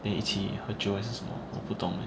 then 一起喝酒还是什么我不懂 eh